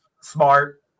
smart